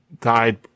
died